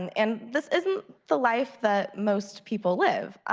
and and this is the life that most people live.